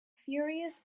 furious